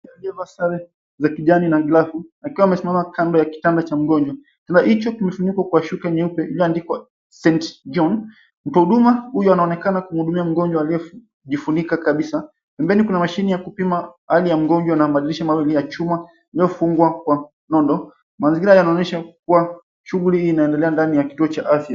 Waliovaa sare za kijani na glavu akiwa amesimama kando ya kitanda cha mngonjwa. Kitanda hicho limefunikwa kwa shuka nyeupe ilioandikwa, St John. Mtoa huduma huyu anaonekana akimhudumia mgonjwa aliyejifunika kabisa pembeni kuna mashini ya kupima hali ya mgonjwa na madirisha mawili ya chuma yaliyofungwa kwa nondo. Mazingira yanaonesha kua shuguli inaendelea ndani ya kituo cha afya.